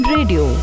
Radio